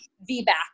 v-back